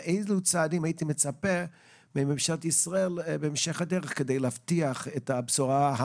לאיזה צעדים היית מצפה מממשלת ישראל בהמשך הדרך כדי להבטיח את הבשורה,